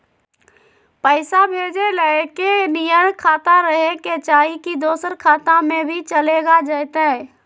पैसा भेजे ले एके नियर खाता रहे के चाही की दोसर खाता में भी चलेगा जयते?